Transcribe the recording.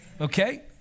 okay